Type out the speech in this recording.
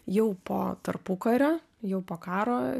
jau po tarpukario jau po karo